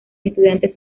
estudiantes